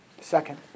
Second